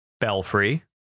Belfry